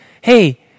hey